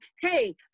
hey